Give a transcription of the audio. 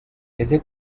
ese